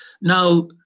Now